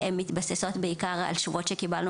הן מתבססות בעיקר על תשובות שקיבלנו